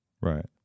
Right